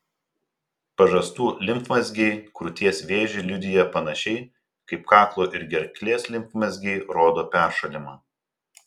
pažastų limfmazgiai krūties vėžį liudija panašiai kaip kaklo ir gerklės limfmazgiai rodo peršalimą